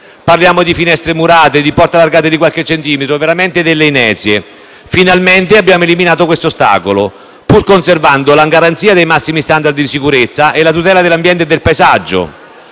Parliamo di finestre murate, di porte allargate di qualche centimetro: veramente inezie. Finalmente abbiamo eliminato questo ostacolo, pur conservando la garanzia dei massimi standard di sicurezza e tutela dell’ambiente e del paesaggio: